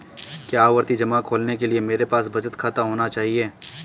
क्या आवर्ती जमा खोलने के लिए मेरे पास बचत खाता होना चाहिए?